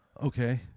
Okay